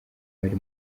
bari